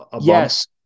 yes